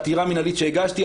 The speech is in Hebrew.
בעתירה מנהלית שהגשתי,